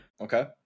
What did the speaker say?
Okay